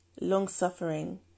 long-suffering